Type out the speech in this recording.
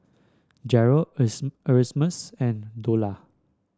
Jeryl Erasmus and Dola